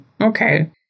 okay